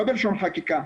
לא בלשון חקיקה.